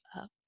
up